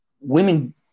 women